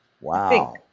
Wow